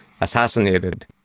assassinated